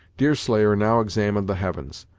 deerslayer now examined the heavens,